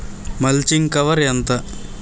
Mulching cover ఎంత?